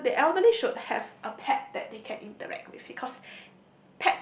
s~ the elderly should have a pact that they can interact with because